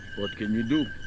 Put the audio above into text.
what can you do?